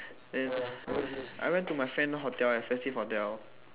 then I went to my friend's hotel expensive hotel